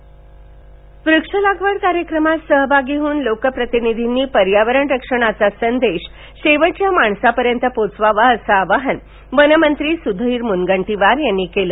वृक्ष लागवड कार्यक्रमः वृक्ष लागवड कार्यक्रमात सहभागी होऊन लोकप्रतिनिधींनी पर्यावरण रक्षणाचा संदेश शेवटच्या माणसापर्यंत पोहोचवावा असे आवाहन वनमंत्री स्धीर मूनगंटीवार यांनी केले